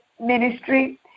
ministry